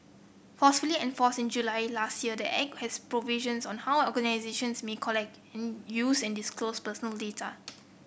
forcefully and force in July last year the Act has provisions on how organisations may collect in use and disclose personal data